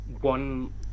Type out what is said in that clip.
one